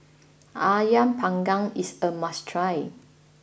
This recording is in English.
Ayam Panggang is a must try